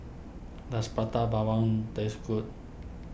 does Prata Bawang taste good